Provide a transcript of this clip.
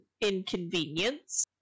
inconvenience